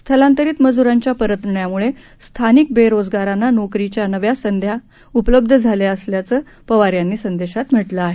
स्थलांतरित मजुरांच्या परतण्यामुळे स्थानिक बेरोजगारांना नोकरीच्या नव्या संधी उपलब्ध झाल्याचं पवार यांनी संदेशात म्हटलं आहे